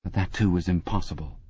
that too was impossible.